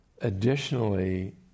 additionally